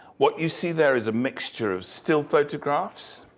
what you see there is a mixture of still photographs,